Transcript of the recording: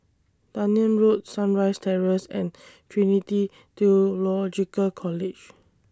Dunearn Road Sunrise Terrace and Trinity Theological College